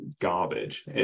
garbage